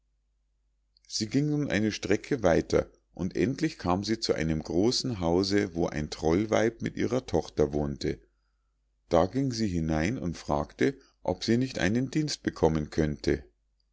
sie ging nun eine gute strecke weiter und endlich kam sie zu einem großen hause wo ein trollweib mit ihrer tochter wohnte da ging sie hinein und fragte ob sie nicht einen dienst bekommen könnte